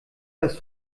dass